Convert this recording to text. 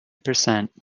percent